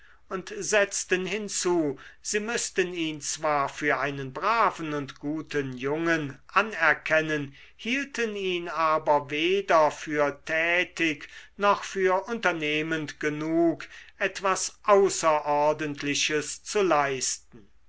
und setzten hinzu sie müßten ihn zwar für einen braven und guten jungen anerkennen hielten ihn aber weder für tätig noch für unternehmend genug etwas außerordentliches zu leisten